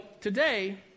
today